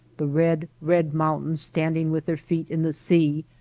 the red, red mountains standing with their feet in the sea,